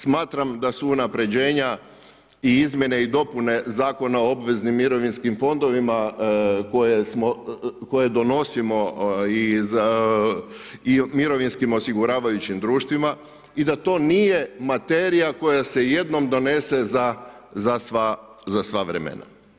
Smatram da su unapređenja i izmjene i dopune Zakona o obveznim mirovinskim fondovima koje donosimo i mirovinskim osiguravajućim društvima i da to nije materija koja se jednom donese za sva vremena.